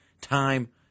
time